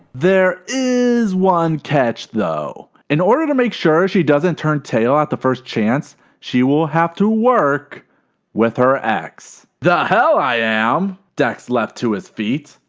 there is one catch though. in order to make sure she doesn't turn tail at the first chance she will have to work with her ex. the hell i am! dex leaped to his feet.